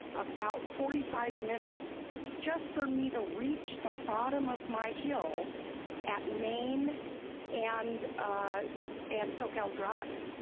about forty five minutes just for me to reach the bottom of my hill at main and and soquel drive.